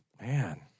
Man